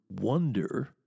wonder